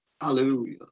Hallelujah